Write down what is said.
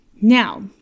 Now